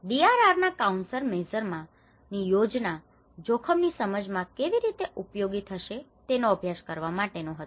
DRR ના countermeasure ની યોજના જોખમ ની સમજ માં કેવી રીતે ઉપયોગી થશે તેનો અભ્યાસ કરવા માટેનો હતો